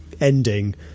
ending